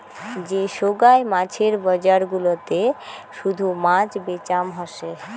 যে সোগায় মাছের বজার গুলাতে শুধু মাছ বেচাম হসে